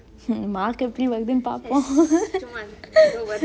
mark எப்டி வருதுனு பாப்போ:epdi varuthunu paapo